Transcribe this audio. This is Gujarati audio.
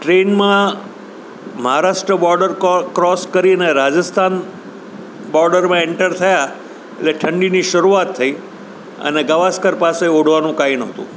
ટ્રેનમાં મહારાષ્ટ્ર બોર્ડર ક્રોસ કરીને રાજસ્થાન બોર્ડરમાં એન્ટર થયાં એટલે ઠંડીની શરૂઆત થઈ અને ગાવસ્કર પાસે ઓઢવાનું કંઇ નહોતું